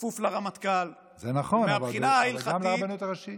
כפוף לרמטכ"ל, זה נכון, אבל גם לרבנות הראשית.